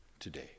today